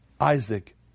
Isaac